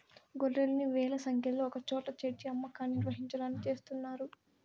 గొర్రెల్ని వేల సంఖ్యలో ఒకచోట చేర్చి అమ్మకాన్ని నిర్వహించడాన్ని చేస్తున్నారు